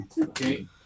Okay